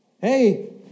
Hey